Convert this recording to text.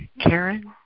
Karen